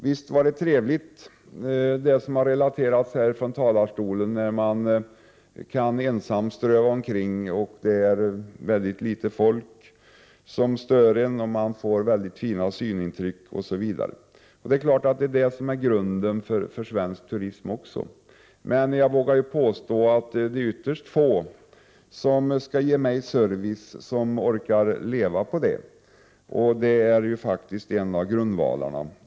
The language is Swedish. Visst är det trevligt när man kan, som har relaterats här från talarstolen, ensam ströva omkring och det inte finns mycket folk som stör. Man får fina synintryck osv. Det är klart att detta också är grunden för svensk turism. Men jag vågar påstå att det är ytterst få som orkar leva på att ge sådan service. Att man skall kunna leva på att utöva näringen är ju faktiskt en av grundvalarna.